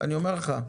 השיכון.